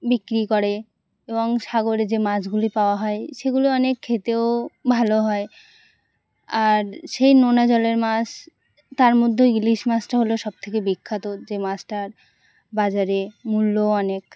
বিক্রি করে এবং সাগরে যে মাছগুলি পাওয়া হয় সেগুলি অনেক খেতেও ভালো হয় আর সেই নোনা জলের মাছ তার মধ্যে ওই ইলিশ মাছটা হলো সবথেকে বিখ্যাত যে মাছটার বাজারে মূল্য অনেক